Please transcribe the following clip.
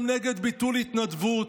גם נגד ביטול התנדבות.